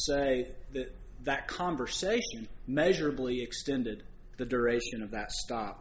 say that conversation measurably extended the duration of that stop